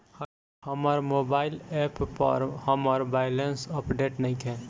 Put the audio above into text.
हमर mobile app पर हमर बैलेंस अपडेट नइखे